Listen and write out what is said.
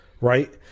right